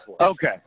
Okay